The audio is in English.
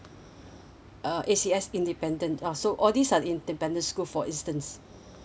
uh A_C_S independence uh so all these are independence schools for instance